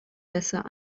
besser